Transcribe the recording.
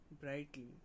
brightly